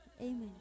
Amen